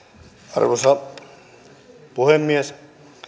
arvoisa puhemies